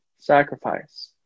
sacrifice